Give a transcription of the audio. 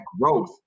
growth